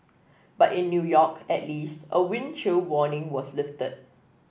but in New York at least a wind chill warning was lifted